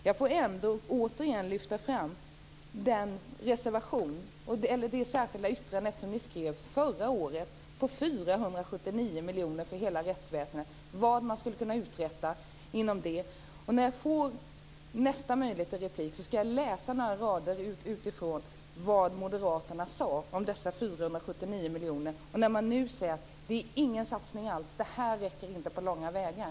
Jag vill återigen lyfta fram det särskilda yttrande som ni skrev förra året med 479 miljoner för hela rättsväsendet. Ni skrev om vad man skulle kunna uträtta inom den ramen. När jag får nästa möjlighet till replik ska jag läsa några rader om vad moderaterna sade om dessa 479 miljoner. Nu säger man att det inte är någon satsning alls. Det räcker inte på långa vägar.